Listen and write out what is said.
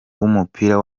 w’umupira